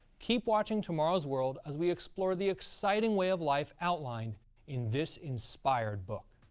keep watching tomorrow's world as we explore the exciting way of life outlined in this inspired book.